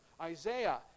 Isaiah